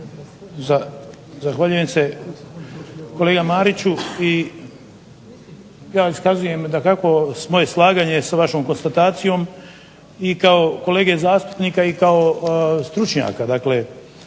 Ivan (HDZ)** Kolega Mariću, i ja iskazujem moje slaganje s vašom konstatacijom i kao kolege zastupnika i kao stručnjaka,